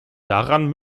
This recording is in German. daran